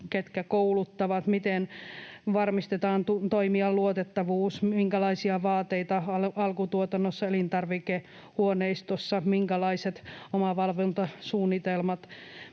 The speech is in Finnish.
ketkä kouluttavat, miten varmistetaan toimijan luotettavuus, minkälaisia vaateita alkutuotannossa, elintarvikehuoneistossa, minkälaiset omavalvontasuunnitelmat,